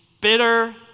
bitter